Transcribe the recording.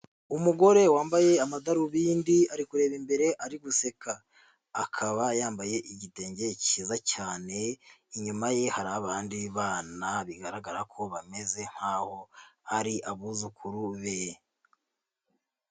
Umugore wambaye amadarubindi ari kureba imbere ari guseka, akaba yambaye igitenge cyiza cyane, inyuma ye hari abandi bana bigaragara ko bameze nkaho ari abuzukuru be.